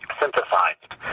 synthesized